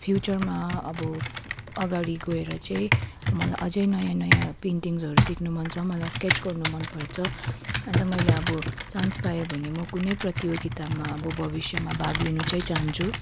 फ्युचरमा अब अगाडि गएर चाहिँ मलाई अझै नयाँ नयाँ पेन्टिङ्सहरू सिक्नु मन छ मलाई स्केच गर्नु मनपर्छ अन्त मैले अब चान्स पायो भने म कुनै प्रतियोगितामा अब भविष्यमा भाग लिनु चाहिँ चाहन्छु